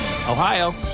Ohio